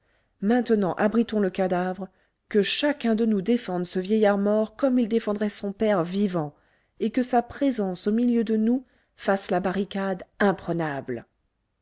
maintenant abritons le cadavre que chacun de nous défende ce vieillard mort comme il défendrait son père vivant et que sa présence au milieu de nous fasse la barricade imprenable